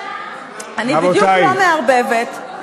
אני בדיוק לא מערבבת.